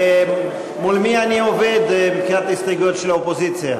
מול מי אני עובד מבחינת ההסתייגויות של האופוזיציה?